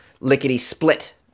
Lickety-split